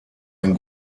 ein